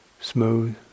smooth